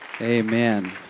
Amen